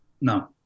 no